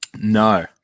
No